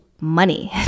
money